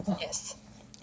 Yes